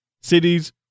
Cities